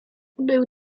był